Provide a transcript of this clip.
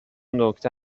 نکته